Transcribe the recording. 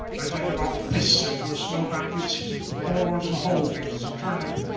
i take a long piss into a snowbank. its hear bores and a hole big as a turnip.